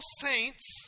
saints